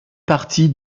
partie